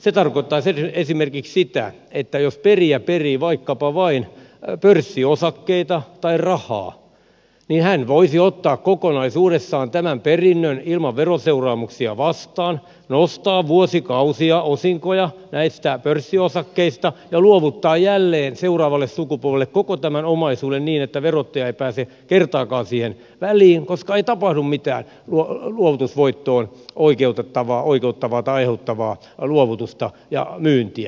se tarkoittaisi esimerkiksi sitä että jos perijä perii vaikkapa vain pörssiosakkeita tai rahaa niin hän voisi ottaa kokonaisuudessaan tämän perinnön ilman veroseuraamuksia vastaan nostaa vuosikausia osinkoja näistä pörssiosakkeista ja luovuttaa jälleen seuraavalle sukupolvelle koko tämän omaisuuden niin että verottaja ei pääse kertaakaan siihen väliin koska ei tapahdu mitään luovutusvoittoa aiheuttavaa luovutusta ja myyntiä